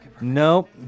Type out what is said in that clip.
Nope